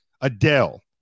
adele